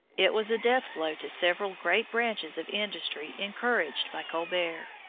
it was the deathblow to several great branches of industry encouraged by colbert.